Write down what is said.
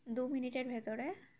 দু মিনিটের ভেতরে